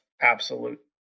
absolute